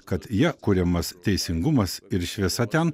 kad ja kuriamas teisingumas ir šviesa ten